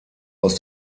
aus